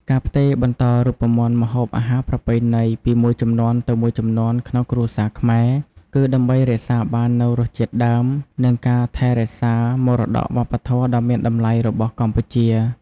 ការផ្ទេរបន្តរូបមន្តម្ហូបអាហារប្រពៃណីពីមួយជំនាន់ទៅមួយជំនាន់ក្នុងគ្រួសារខ្មែរ គឺដើម្បីរក្សាបាននូវរសជាតិដើម និងការថែរក្សាមរតកវប្បធម៌ដ៏មានតម្លៃរបស់កម្ពុជា។